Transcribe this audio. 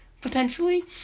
potentially